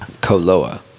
Koloa